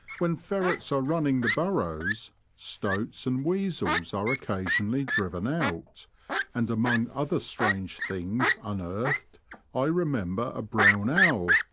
when ferrets are running the burrows, stoats and weasels are occasionally driven out and among other strange things unearthed i remember a brown owl,